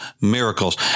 miracles